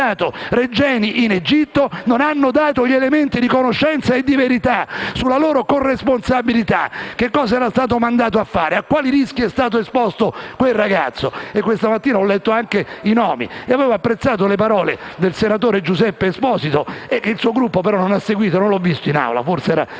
Regeni in Egitto non hanno fornito i necessari elementi di conoscenza e di verità sulla loro corresponsabilità. Cosa era stato mandato a fare? A quali rischi è stato esposto quel ragazzo? Questa mattina ho letto anche i nomi. Ho apprezzato le parole del senatore Giuseppe Esposito, tuttavia il suo Gruppo non l'ha seguito. Non ho visto il senatore